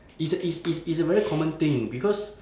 it's a it's it's a very common thing because